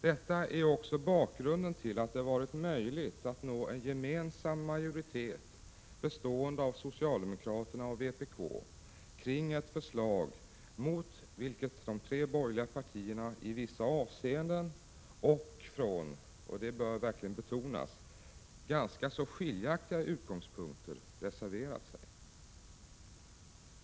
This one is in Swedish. Detta är också bakgrunden till att det har varit möjligt att nå en gemensam majoritet, bestående av socialdemokraterna och vpk, kring ett förslag mot vilket de tre borgerliga partierna i vissa avseenden och från, det bör verkligen betonas, ganska så skiljaktiga utgångspunkter har reserverat sig.